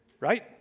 right